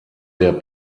der